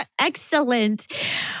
Excellent